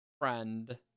friend